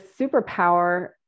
superpower